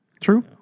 True